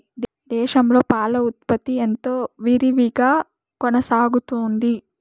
దేశంలో పాల ఉత్పత్తి ఎంతో విరివిగా కొనసాగుతోంది